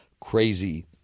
crazy